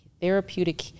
therapeutic